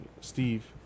steve